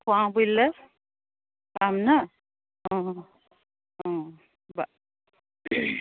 খোৱাও বুলিলে পাম নহ্ অঁ অঁ অঁ বা